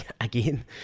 again